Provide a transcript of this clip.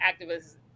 activist's